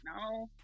no